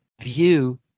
view